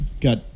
got